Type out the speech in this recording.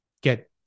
get